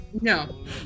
No